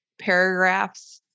paragraphs